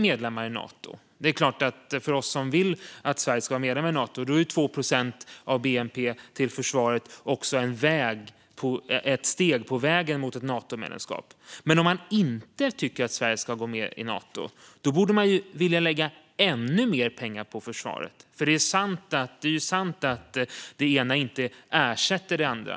För oss som vill att Sverige ska vara medlem i Nato är 2 procent av bnp till försvaret också ett steg på vägen mot ett Natomedlemskap. Men om man inte tycker att Sverige ska gå med i Nato borde man vilja lägga ännu mer pengar på försvaret. Det är ju sant att det ena inte ersätter det andra.